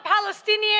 Palestinian